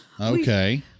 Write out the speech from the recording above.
Okay